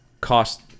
cost